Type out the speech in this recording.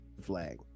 flag